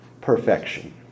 perfection